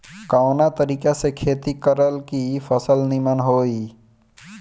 कवना तरीका से खेती करल की फसल नीमन होई?